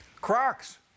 Crocs